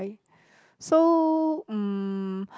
so uh